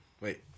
wait